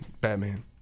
Batman